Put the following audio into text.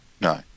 No